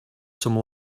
some